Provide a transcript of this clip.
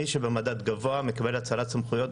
מי שבמדד גבוה מקבל האצלת סמכויות